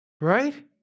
right